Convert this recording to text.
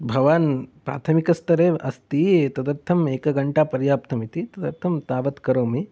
प्राथमिक स्तरे अस्ति तदर्थम् एकघण्टा पयार्प्तम् इति तदर्थं तावत् करोमि